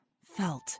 Felt